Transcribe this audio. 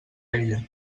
ella